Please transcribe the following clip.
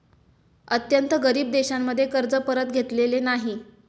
अत्यंत गरीब देशांचे कर्ज परत घेतलेले नाही